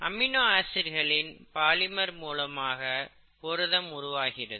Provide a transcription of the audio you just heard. amino ஆசிட்டுகளின் polymer மூலமாக புரதம் உருவாகிறது